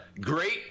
great